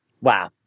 Wow